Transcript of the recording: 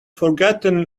forgotten